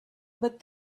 but